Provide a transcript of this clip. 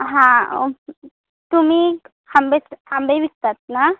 हां तुम्ही आंबे आंबे विकतात ना